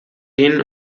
ihnen